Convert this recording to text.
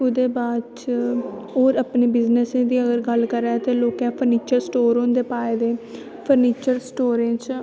ओह्दै बाद अगर अपने बिजनसें दा गल्ल करां ते लोकैं फर्नीचर स्टोर होंदे पाए दे फर्नीचर स्टोरें च